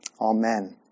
Amen